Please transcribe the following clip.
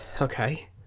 Okay